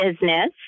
business